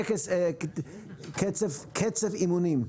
קצף אימונים.